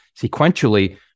sequentially